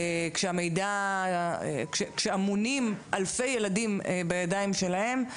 כאשר אמונים אלפי ילדים בידיים שלהם,